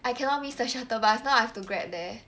I cannot miss the shuttle bus now I have to Grab there